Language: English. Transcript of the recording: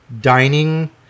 dining